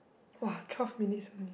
!wah! twelve minutes only eh